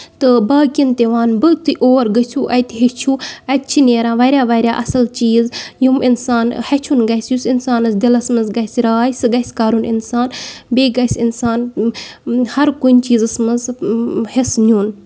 تہٕ باقین تہِ وَنہٕ بہٕ تہٕ اور گژھِو اَتہِ ہٮ۪چھِو اَتہِ چھِ نیران واریاہ واریاہ اَصٕل چیٖز یِم اِنسان ہٮ۪چھُن گژھِ یُس اِنسان پانس دِلس منٛز گژھِ راے سُہ گژھِ کَرُن اِنسان بیٚیہِ گژھِ اِنسان ہر کُنہِ چیٖزس منٛز حصہٕ نیُن